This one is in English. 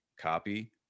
copy